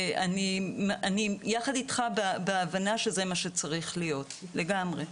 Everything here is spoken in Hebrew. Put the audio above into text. אני יחד אתך בהבנה שזה מה שצריך להיות, לגמרי.